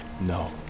No